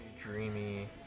Dreamy